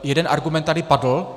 Jeden argument tady padl.